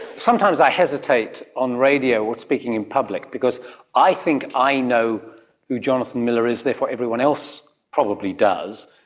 sometimes i hesitate on radio or speaking in public because i think i know who jonathan miller is, therefore everyone else probably does,